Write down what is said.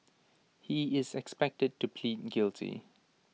he is expected to plead guilty